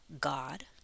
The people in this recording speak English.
God